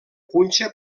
punxa